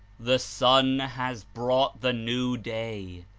the sun has brought the new day.